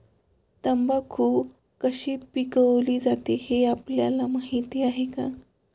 तंबाखू कशी पिकवली जाते हे आपल्याला माहीत आहे का?